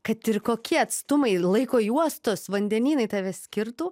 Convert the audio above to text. kad ir kokie atstumai laiko juostos vandenynai tave skirtų